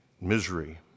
misery